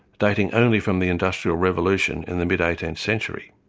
dating only from the industrial revolution in the mid eighteenth century.